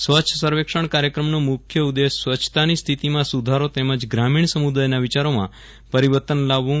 સ્વચ્છ સર્વેક્ષણ કાર્યક્રમનો મુખ્ય ઉદ્દેશ સ્વચ્છતાની સ્થિતિમાં સુધારો તેમજ ગ્રામીણ સમુદાયના વિચારોમાં પરિવર્તન લાવવું